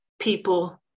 people